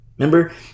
Remember